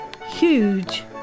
huge